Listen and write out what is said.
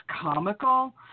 comical